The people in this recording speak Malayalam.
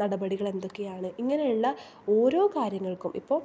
നടപടികൾ എന്തൊക്കെയാണ് ഇങ്ങനെയുള്ള ഓരോ കാര്യങ്ങൾക്കും ഇപ്പോൾ